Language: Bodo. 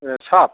ए साल